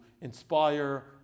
inspire